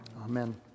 Amen